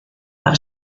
par